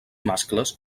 mascles